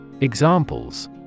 Examples